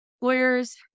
lawyers